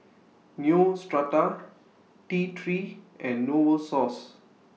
Neostrata T three and Novosource